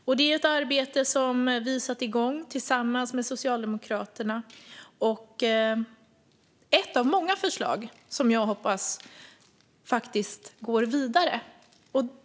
Vi satte igång detta arbete tillsammans med Socialdemokraterna, och det här är ett av många förslag som jag hoppas går vidare.